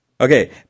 Okay